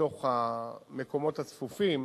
מתוך המקומות הצפופים,